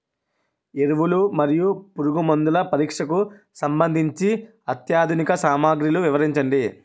ఎరువులు మరియు పురుగుమందుల పరీక్షకు సంబంధించి అత్యాధునిక సామగ్రిలు వివరించండి?